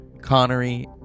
Connery